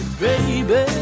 baby